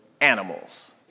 animals